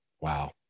Wow